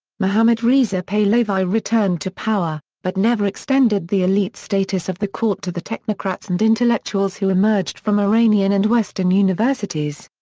mohammad reza pahlavi returned to power, but never extended the elite status of the court to the technocrats and intellectuals who emerged from iranian and western universities.